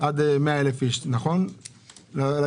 עד 100,000 איש, ובפועל